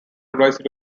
advisor